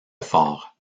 phare